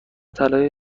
طلای